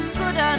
good